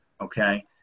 Okay